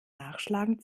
nachschlagen